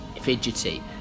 fidgety